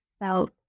felt